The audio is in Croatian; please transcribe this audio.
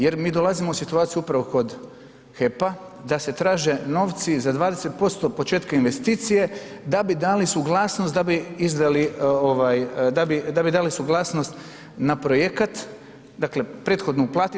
Jer mi dolazimo u situaciju upravo kod HEP-a da se traže novci za 20% početka investicije da bi dali suglasnost da bi izdali, da bi dali suglasnost na projekat, dakle, prethodno plati.